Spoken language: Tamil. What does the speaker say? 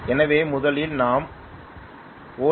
எனவே முதலில் நாம் ஓ